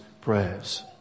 prayers